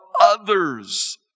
others